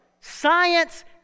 science